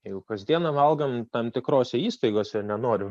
jeigu kasdieną valgome tam tikrose įstaigose ir nenoriu